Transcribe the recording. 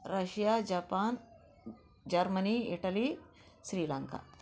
Russia Japan Germany Italy Sri Lanka